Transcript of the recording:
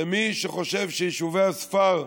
למי שחושב שיישובי הספר,